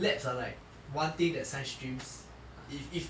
labs are like one thing that science streams if if